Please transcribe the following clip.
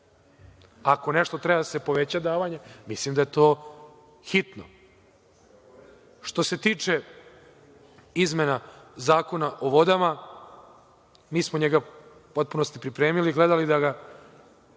Ako za nešto trebaju da se povećaju davanja, mislim da je to hitno. Što se tiče izmena Zakona o vodama, mi smo njega u potpunosti pripremili i gledali da ga